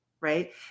right